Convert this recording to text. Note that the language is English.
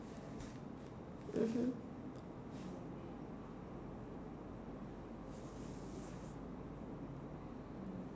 mmhmm